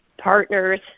partners